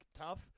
tough